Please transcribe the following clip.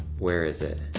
where is it?